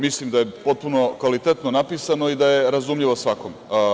Mislim da je potpuno kvalitetno napisano i da je razumljivo svakom.